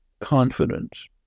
confidence